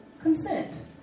consent